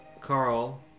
Carl